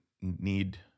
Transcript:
need